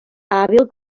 hàbil